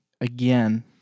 again